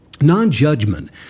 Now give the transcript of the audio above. Non-judgment